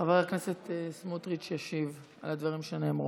חבר הכנסת סמוטריץ' ישיב על הדברים שנאמרו.